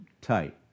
tight